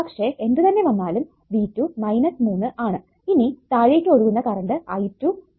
പക്ഷെ എന്ത് തന്നെ വന്നാലും V2 മൂന്ന് ആണ് ഇനി താഴേക്ക് ഒഴുകുന്ന കറണ്ട് i2 5 മില്ലി ആംപിയേഴ്സ് ആണ്